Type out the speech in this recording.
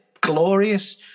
glorious